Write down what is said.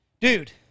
Dude